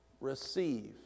Receive